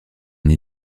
nid